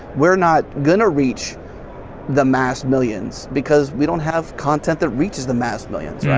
we're not going to reach the mass millions because we don't have content that reaches the mass millions, right?